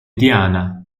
diana